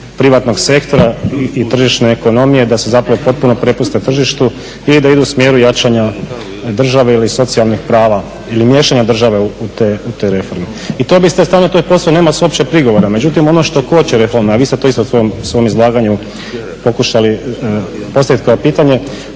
privatnog sektora i tržišne ekonomije, da se zapravo potpuno prepuste tržištu ili da idu u smjeru jačanja države ili socijalnih prava ili miješanja države u te reforme. I to bi s te strane, to je posve, nema se uopće prigovora. Međutim, ono što koči reforme, a vi ste to isto u svom izlaganju pokušali postaviti kao pitanje,